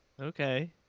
Okay